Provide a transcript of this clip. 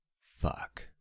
Fuck